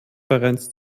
vereins